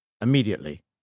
immediately